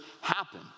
happen